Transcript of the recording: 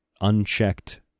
unchecked